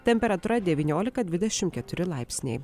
temperatūra devyniolika dvidešim keturi laipsniai